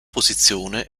posizione